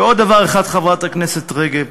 ועוד דבר אחד, חברת הכנסת רגב.